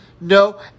no